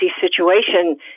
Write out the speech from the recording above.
situation